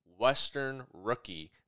WESTERNROOKIE